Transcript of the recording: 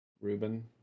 Ruben